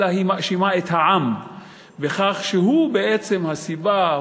אלא היא מאשימה את העם בכך שהוא בעצם הסיבה,